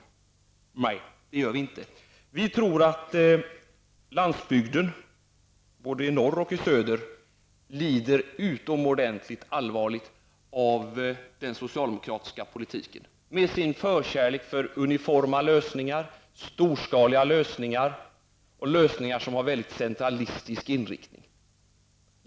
Nej, det gör vi inte. Vi tror att landsbygden både i norr och i söder lider utomordentligt allvarligt av den socialdemokratiska politiken med dess förkärlek för uniforma lösningar, storskaliga lösningar och lösningar med en kraftigt centralistisk inriktning.